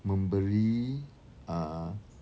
memberi uh